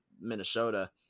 Minnesota